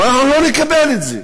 אבל אנחנו לא נקבל את זה.